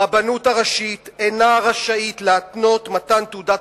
הרבנות הראשית אינה רשאית להתנות מתן תעודת